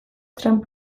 trump